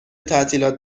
تعطیلات